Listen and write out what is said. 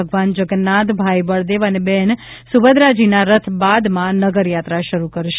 ભગવાન જગન્નાથ ભાઇ બળદેવ અને બહેન સુભદ્રાજીના રથ બાદમાં નગરયાત્રા શરૂ કરશે